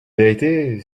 vérité